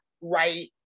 right